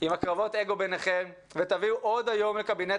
עם קרבות האגו ביניכם ותביאו עוד היום לקבינט